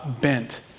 bent